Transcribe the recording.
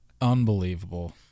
unbelievable